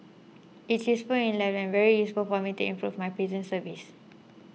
it's useful in life and very useful for me to improve my prison service